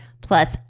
plus